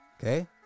Okay